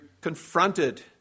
confronted